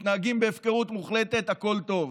מתנהגים בהפקרות מוחלטת, הכול טוב.